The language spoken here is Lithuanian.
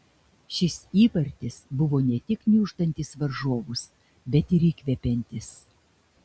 šis įvartis buvo ne tik gniuždantis varžovus bet ir įkvepiantis